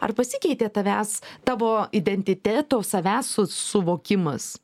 ar pasikeitė tavęs tavo identiteto savęs suvokimas